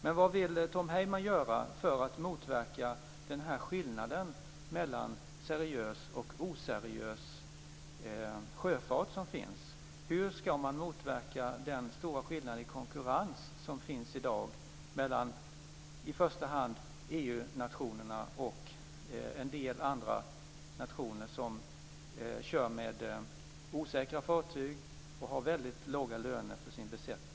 Men vad vill Tom Heyman göra för att motverka den skillnad som finns mellan seriös och oseriös sjöfart? Hur ska man motverka den stora skillnad i konkurrens som finns i dag mellan i första hand EU nationerna och en del andra nationer som kör med osäkra fartyg och har väldigt låga löner för sin besättning?